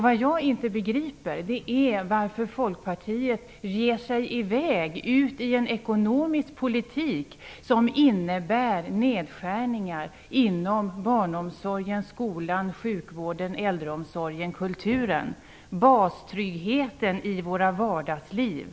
Vad jag inte begriper är varför Folkpartiet ger sig i väg ut i en ekonomisk politik som innebär nedskärningar inom barnomsorgen, skolan, sjukvården, äldreomsorgen, kulturen - bastryggheten i våra vardagsliv.